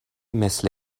مثل